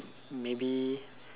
maybe